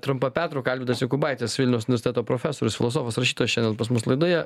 trumpa pertrauka alvydas jokubaitis vilniaus universiteto profesorius filosofas rašytojas šiandien pas mus laidoje